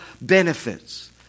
benefits